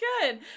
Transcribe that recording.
good